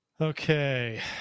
Okay